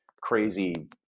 crazy